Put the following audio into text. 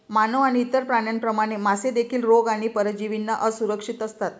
मानव आणि इतर प्राण्यांप्रमाणे, मासे देखील रोग आणि परजीवींना असुरक्षित असतात